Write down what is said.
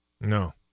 No